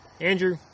Andrew